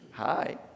hi